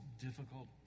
difficult